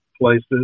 places